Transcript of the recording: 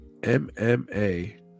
MMA